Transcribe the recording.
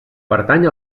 pertany